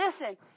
listen